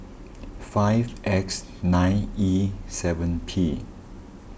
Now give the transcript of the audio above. five X nine E seven P